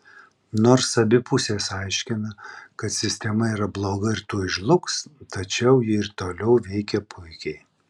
nors abi pusės aiškina kad sistema yra bloga ir tuoj žlugs tačiau ji ir toliau veikia puikiai